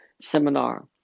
seminar